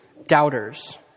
doubters